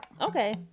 Okay